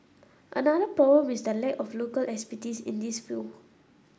another problem is the lack of local expertise in this field